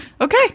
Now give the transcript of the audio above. Okay